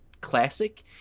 classic